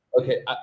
Okay